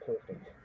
perfect